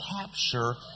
capture